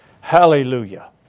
Hallelujah